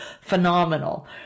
phenomenal